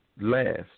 Last